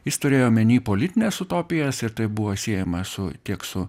jis turėjo omeny politines utopijas ir tai buvo siejama su tiek su